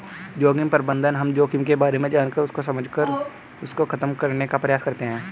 जोखिम प्रबंधन हम जोखिम के बारे में जानकर उसको समझकर उसको खत्म करने का प्रयास करते हैं